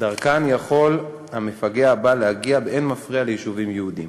שדרכן יכול המפגע הבא להגיע באין-מפריע ליישובים יהודיים.